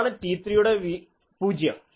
ഇതാണ് T3 യുടെ 0